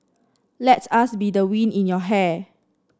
let us be the wind in your hair